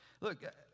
Look